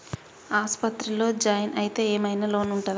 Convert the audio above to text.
ఆస్పత్రి లో జాయిన్ అయితే ఏం ఐనా లోన్ ఉంటదా?